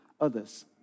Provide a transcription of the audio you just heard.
others